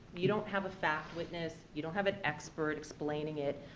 you don't have a fact witness, you don't have an expert explaining it,